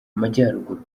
amajyaruguru